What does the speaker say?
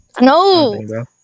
No